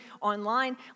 online